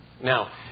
Now